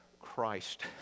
Christ